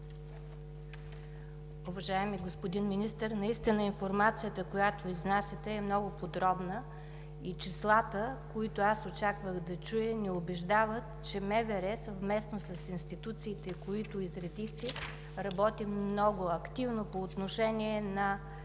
Уважаеми господин Министър, наистина информацията, която изнасяте, е много подробна и числата, които аз очаквах да чуя, ни убеждават, че МВР съвместно с институциите, които изредихте, работи много активно по отношение на